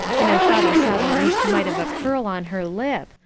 and i thought i saw the least mite of a curl on her lip,